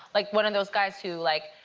like one of those guys who, like,